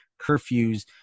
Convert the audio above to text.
curfews